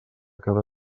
cada